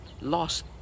lost